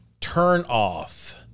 turnoff